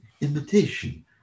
imitation